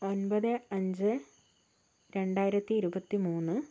ഒൻപത് അഞ്ച് രണ്ടായിരത്തി ഇരുപത്തി മൂന്ന്